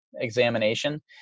examination